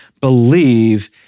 believe